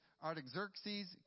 Artaxerxes